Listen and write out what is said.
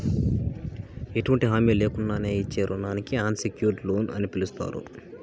ఎటువంటి హామీ లేకున్నానే ఇచ్చే రుణానికి అన్సెక్యూర్డ్ లోన్ అని పిలస్తారు